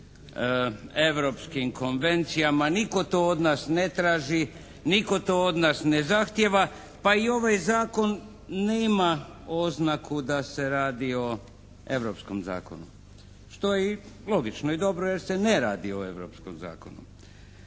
europskim konvencijama, nitko to od nas ne traži, nitko to od nas ne zahtjeva pa i ovaj zakon nema oznaku da se radi o europskom zakonu, što je i logično i dobro jer se ne radi o europskom zakonu.